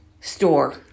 store